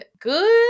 good